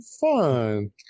fun